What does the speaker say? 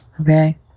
okay